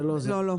לא, אלה פקחים לא.